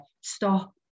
stop